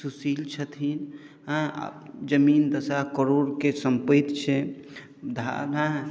सुशील छथिन अँइ जमीन दशा करोड़के सम्पैत छनि